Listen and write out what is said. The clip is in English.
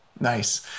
nice